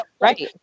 Right